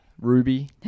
ruby